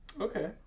Okay